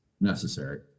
necessary